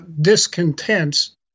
discontents